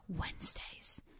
Wednesdays